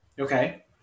Okay